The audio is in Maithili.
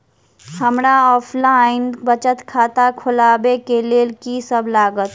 हमरा ऑफलाइन बचत खाता खोलाबै केँ लेल की सब लागत?